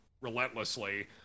relentlessly